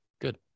Good